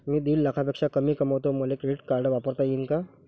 मी दीड लाखापेक्षा कमी कमवतो, मले क्रेडिट कार्ड वापरता येईन का?